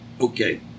Okay